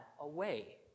away